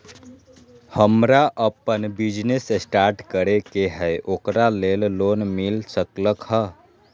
हमरा अपन business start करे के है ओकरा लेल लोन मिल सकलक ह?